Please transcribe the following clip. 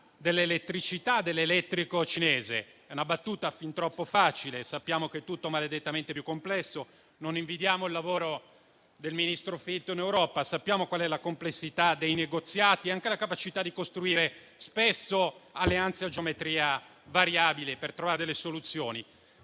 a quella dall'elettrico cinese. È una battuta fin troppo facile: sappiamo che è tutto maledettamente più complesso; non invidiamo il ministro Fitto per il lavoro che deve svolgere in Europa; sappiamo qual è la complessità dei negoziati e anche la capacità di costruire spesso alleanze a geometria variabile per trovare soluzioni.